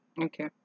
Okay